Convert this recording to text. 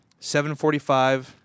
7.45